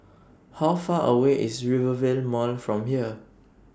How Far away IS Rivervale Mall from here